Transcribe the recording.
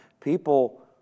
People